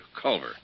Culver